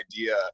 idea